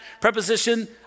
preposition